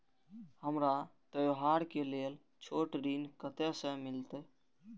हमरा त्योहार के लेल छोट ऋण कते से मिलते?